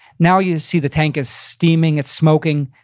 now you see the tank is steaming, it's smoking.